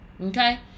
Okay